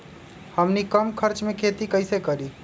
हमनी कम खर्च मे खेती कई से करी?